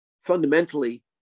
fundamentally